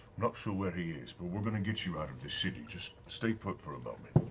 not sure where he is, but we're going to get you out of the city, just stay put for a moment.